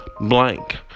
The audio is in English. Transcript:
blank